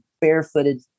barefooted